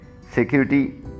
Security